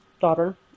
daughter